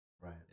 Right